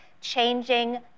changing